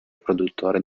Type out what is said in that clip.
produttore